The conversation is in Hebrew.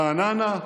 ברעננה?